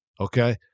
Okay